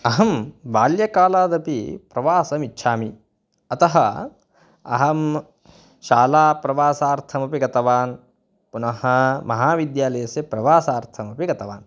अहं बाल्यकालादपि प्रवासमिच्छामि अतः अहं शालाप्रवासार्थपि गतवान् पुनः महाविद्यालयस्य प्रवासार्थमपि गतवान्